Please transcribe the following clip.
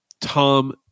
Tom